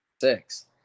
six